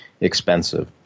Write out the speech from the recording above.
expensive